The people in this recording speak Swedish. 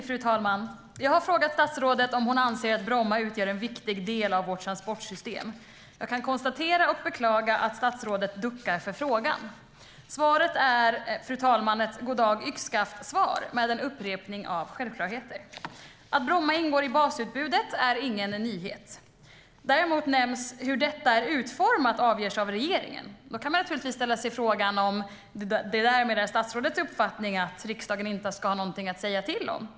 Fru talman! Jag har frågat statsrådet om hon anser att Bromma utgör en viktig del av vårt transportsystem. Jag kan konstatera och beklaga att statsrådet duckar för frågan. Svaret är ett goddag-yxskaft-svar med en upprepning av självklarheter. Att Bromma ingår i basutbudet är ingen nyhet. Däremot nämner statsrådet att "hur detta är utformat avgörs av regeringen". Är det därmed statsrådets uppfattning att riksdagen inte ska ha något att säga till om?